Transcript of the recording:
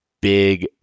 big